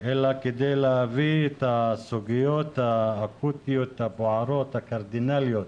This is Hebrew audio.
אלא כדי להביא את הסוגיות האקוטיות הבוערות הקרדינליות